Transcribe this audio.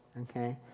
okay